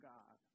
God